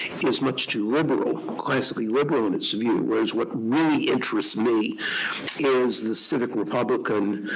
is much too liberal classically liberal in its view, whereas what really interests me is the civic republican.